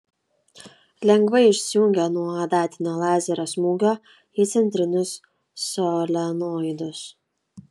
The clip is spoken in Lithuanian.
lengvai išsijungia nuo adatinio lazerio smūgio į centrinius solenoidus